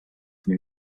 new